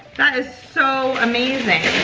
that is so amazing.